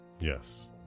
yes